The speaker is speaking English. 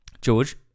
George